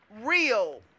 real